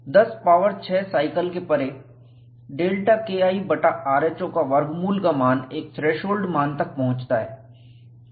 10 power 6 cycle के परे Δ K I बटा rho का वर्गमूल का मान एक थ्रेशोल्ड मान तक पहुंचता है